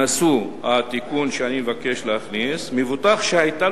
התיקון שאני מבקש להכניס: מבוטח שהיתה